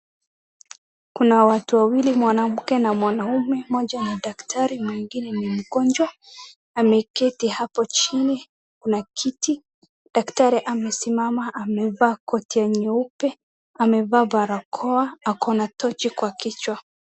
Kuna watu wawili mwanamke na mwanaume, moja ni daktari mwingine ni mgonjwa, ameketi hapo chini, kuna kiti, daktari amesimama, amevaa koti nyeupe, amevaa barakoa, ako na tochi kwa kichwa.